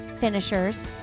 finishers